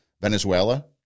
Venezuela